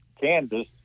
Kansas